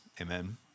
amen